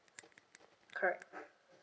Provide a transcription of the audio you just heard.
correct